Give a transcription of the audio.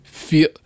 feel